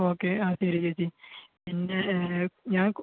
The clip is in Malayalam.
ഓക്കെ ആ ശരി ചേച്ചി പിന്നെ ഞാൻ